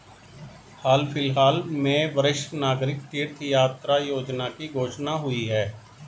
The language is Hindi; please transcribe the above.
हाल फिलहाल में वरिष्ठ नागरिक तीर्थ यात्रा योजना की घोषणा हुई है